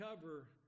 cover